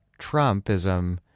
Trumpism